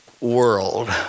world